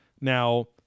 Now